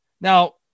Now